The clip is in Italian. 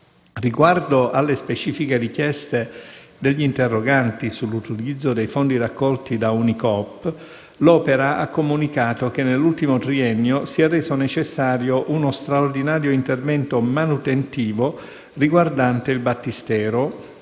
Riguardo alle specifiche richieste degli interroganti sull'utilizzo dei fondi raccolti da Unicoop, l'Opera ha comunicato che nell'ultimo triennio si è reso necessario uno straordinario intervento manutentivo riguardante il battistero,